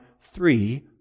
three